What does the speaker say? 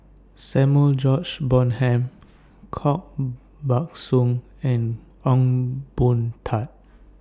Samuel George Bonham Koh Buck Song and Ong Boon Tat